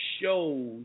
shows